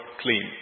clean